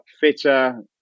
fitter